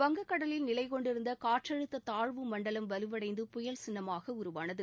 வங்கக்கடலில் நிலைகொண்டிருந்த காற்றழுத்த தாழ்வு மண்டலம் வலுவடந்து புயல் சின்னமாக உருவானது